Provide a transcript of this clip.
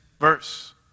verse